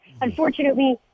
Unfortunately